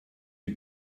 you